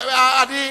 אותו.